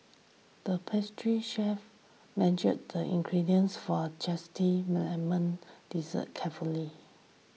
the pastry chef measured the ingredients for a Zesty Lemon Dessert carefully